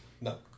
No